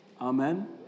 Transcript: Amen